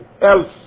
else